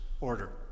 order